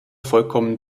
vollkommen